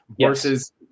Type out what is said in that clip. versus